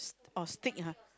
oh steak !huh!